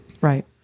Right